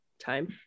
time